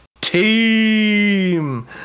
team